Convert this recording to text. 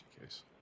case